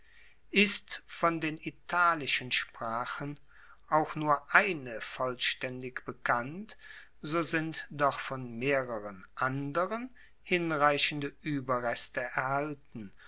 ist von den italischen sprachen auch nur eine vollstaendig bekannt so sind doch von mehreren anderen hinreichende ueberreste erhalten